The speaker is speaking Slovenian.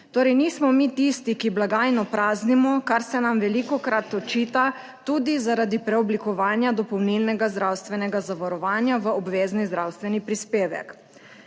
nismo mi tisti, ki blagajno praznimo, kar se nam velikokrat očita, tudi zaradi preoblikovanja dopolnilnega zdravstvenega zavarovanja v obvezni zdravstveni prispevek.